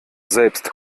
selbst